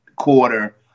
Quarter